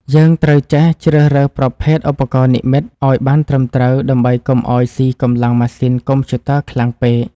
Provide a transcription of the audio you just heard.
យើងត្រូវចេះជ្រើសរើសប្រភេទឧបករណ៍និម្មិតឱ្យបានត្រឹមត្រូវដើម្បីកុំឱ្យស៊ីកម្លាំងម៉ាស៊ីនកុំព្យូទ័រខ្លាំងពេក។